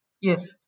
Yes